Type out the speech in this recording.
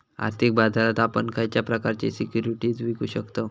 आर्थिक बाजारात आपण खयच्या प्रकारचे सिक्युरिटीज विकु शकतव?